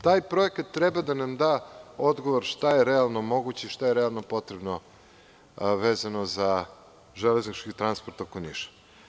Taj projekat treba da nam da odgovor na to šta je realno moguće i šta je realno potrebno, vezano za železnički transport oko Niša.